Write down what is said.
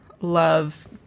love